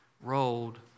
rolled